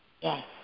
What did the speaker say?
Yes